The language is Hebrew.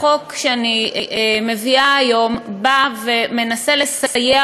החוק שאני מביאה היום בא ומנסה לסייע